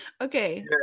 okay